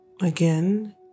again